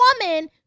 woman